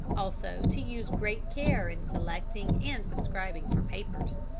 also to use great care in selecting and subscribing for papers.